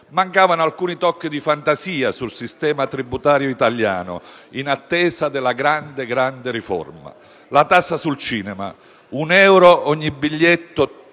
Mancavano alcuni tocchi di fantasia sul sistema tributario italiano in attesa della grande - ripeto - grande riforma. Mi riferisco alla tassa sul cinema: 1 euro ogni biglietto